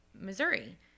missouri